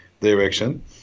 direction